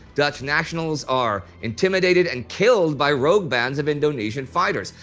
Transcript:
dutch nationals are intimidated and killed by rogue bands of indonesian fighters.